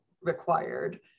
required